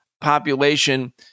population